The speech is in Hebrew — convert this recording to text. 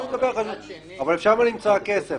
אבל שם נמצא הכסף.